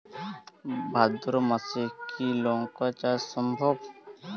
ভাদ্র মাসে কি লঙ্কা চাষ সম্ভব?